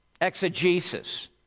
exegesis